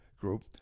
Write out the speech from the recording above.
group